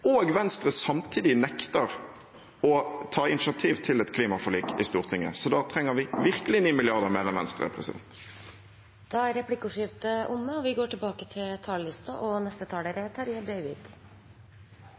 og Venstre samtidig nekter å ta initiativ til et klimaforlik i Stortinget. Da trenger vi virkelig 9 mrd. kr mer enn Venstre. Replikkordskiftet er omme. Me lever i ei tid der viktige liberale verdiar er under press, og der internasjonalt samarbeid og